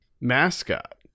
mascot